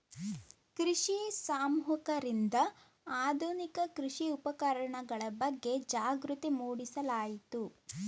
ಕೃಷಿ ಸಮೂಹಕರಿಂದ ಆಧುನಿಕ ಕೃಷಿ ಉಪಕರಣಗಳ ಬಗ್ಗೆ ಜಾಗೃತಿ ಮೂಡಿಸಲಾಯಿತು